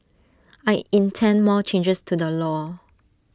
I intend more changes to the law